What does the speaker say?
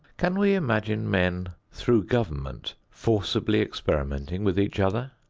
can we imagine men, through government, forcibly experimenting with each other?